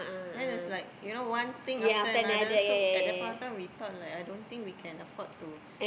then it's like you know one thing after another so at that point of time we thought like I don't think we can afford to